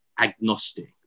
agnostic